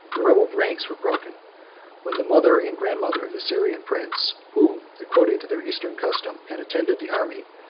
the rebel ranks were broken when the mother and grandmother of the syrian prince, who, according to their eastern custom, had attended the army,